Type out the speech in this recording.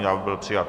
Návrh byl přijat.